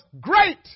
great